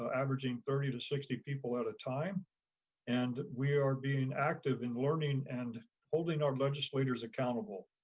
averaging thirty to sixty people at a time and we are being active in learning and holding our legislators accountable.